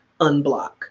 unblock